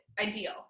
ideal